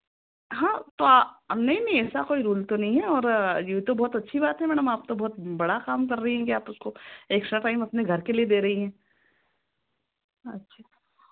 हाँ तो आ नहीं नहीं ऐसा कोई रूल तो नहीं है और यूँ तो बहुत अच्छी बात है मैडम आप तो बहुत बड़ा काम कर रही हैं कि आप उसको एक्स्ट्रा टाइम अपने घर के लिए दे रही हैं अच्छा